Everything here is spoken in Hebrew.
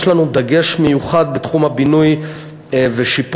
יש לנו דגש מיוחד בתחום הבינוי ושיפוץ,